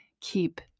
Keep